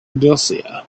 andalusia